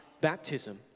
baptism